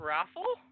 Raffle